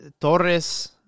Torres